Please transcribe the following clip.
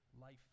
life